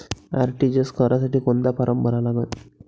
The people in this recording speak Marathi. आर.टी.जी.एस करासाठी कोंता फारम भरा लागन?